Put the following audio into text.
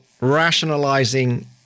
rationalizing